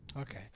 Okay